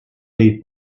these